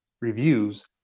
reviews